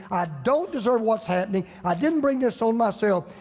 i don't deserve what's happening. i didn't bring this on myself.